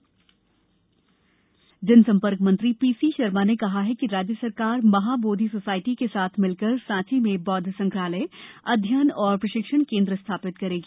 बौद्ध संग्रहालय जनसंपर्क मंत्री पीसी शर्मा ने कहा है कि राज्य सरकार महाबोधि सोसायटी के साथ मिलकर सांची में बौद्ध संग्रहालय अध्ययन और प्रशिक्षक केन्द्र स्थापित करेगी